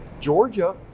Georgia